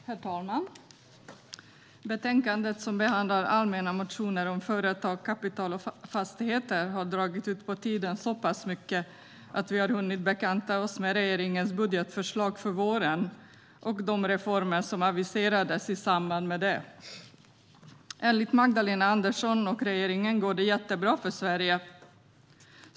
Herr talman! Betänkandet som behandlar allmänna motioner om företag, kapital och fastigheter har dragit ut på tiden så mycket att vi har hunnit bekanta oss med regeringens budgetförslag för våren och de reformer som aviserades i samband med det. Enligt Magdalena Andersson och regeringen går det jättebra för Sverige.